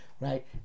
right